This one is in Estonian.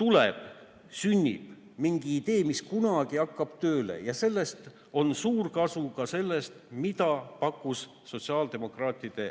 sünnib pärast mingi idee, mis kunagi hakkab tööle. Sellest on suur kasu, ka sellest, mida pakkus sotsiaaldemokraatide